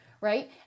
right